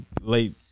late